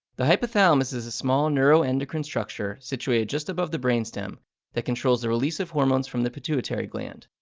the hypothalamus is a small neuroendocrine structure situated just above the brainstem that controls the release of hormones from the pituitary gland,